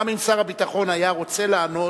גם אם שר הביטחון היה רוצה לענות,